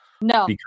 no